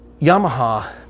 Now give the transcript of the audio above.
Yamaha